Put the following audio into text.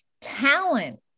Talent